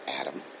Adam